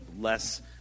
less